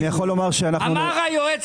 אמר היועץ